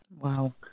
Wow